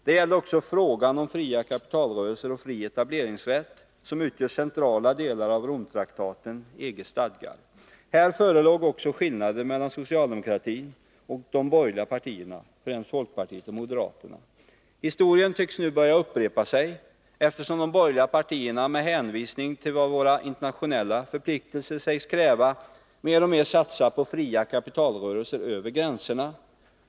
Det gällde också frågan om fria kapitalrörelser och fri etableringsrätt, som utgör centrala delar av Romtraktaten, EG:s stadgar. Här förelåg också skillnader mellan socialdemokratin och de borgerliga partierna — främst folkpartiet och moderaterna. Historien tycks nu börja upprepa sig, eftersom de borgerliga partierna, med hänvisning till vad våra internationella förpliktelser sägs kräva, mer och mer satsar på fria kapitalrörelser över gränserna.